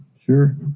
Sure